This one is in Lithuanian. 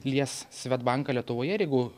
lies svedbanką lietuvoje ir jeigu